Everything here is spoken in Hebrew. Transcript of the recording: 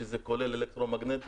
שזה כולל אלקטרומגנטיות,